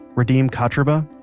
radim kotrba,